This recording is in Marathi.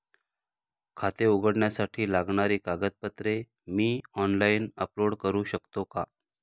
खाते उघडण्यासाठी लागणारी कागदपत्रे मी ऑनलाइन अपलोड करू शकतो का?